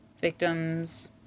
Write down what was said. victims